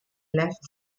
left